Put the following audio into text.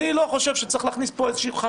אני לא חושב שצריך להכניס פה איזשהו חריג.